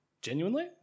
Genuinely